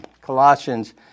Colossians